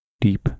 deep